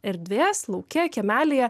erdvės lauke kiemelyje